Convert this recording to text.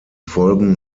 folgen